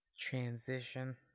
transition